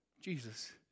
Jesus